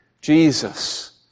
Jesus